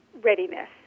readiness